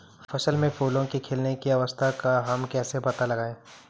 फसल में फूलों के खिलने की अवस्था का हम कैसे पता लगाएं?